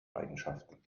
eigenschaften